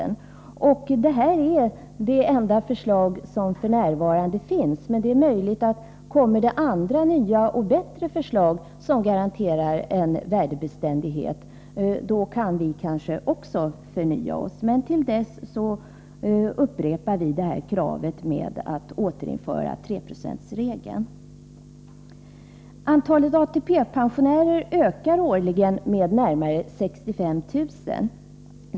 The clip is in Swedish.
Detta är det enda förslag med den innebörden som f.n. finns, men om det kommer andra nya och bättre förslag som garanterar en värdebeständighet, kan vi kanske också förnya oss. Men till dess upprepar vi det här kravet om att återinföra 3-procentsregeln. Antalet ATP-pensionärer ökar årligen med närmare 65 000.